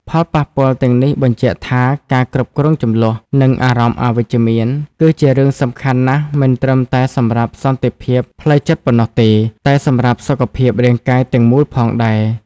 ផលប៉ះពាល់ទាំងនេះបញ្ជាក់ថា ការគ្រប់គ្រងជម្លោះ និងអារម្មណ៍អវិជ្ជមាន គឺជារឿងសំខាន់ណាស់មិនត្រឹមតែសម្រាប់សន្តិភាពផ្លូវចិត្តប៉ុណ្ណោះទេ តែសម្រាប់សុខភាពរាងកាយទាំងមូលផងដែរ។